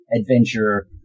adventure